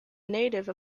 native